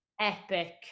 Epic